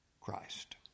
Christ